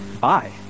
bye